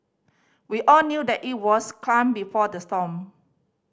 we all knew that it was calm before the storm